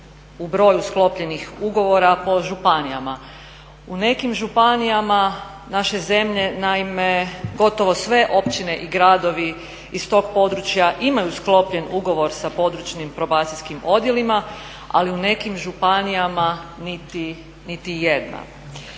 u broju sklopljenih ugovora po županijama. U nekim županijama naše zemlje, naime gotovo sve općine i gradovi iz tog područja imaju sklopljen ugovor sa područnim probacijskim odjelima, ali u nekim županijama niti jedna.